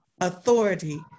authority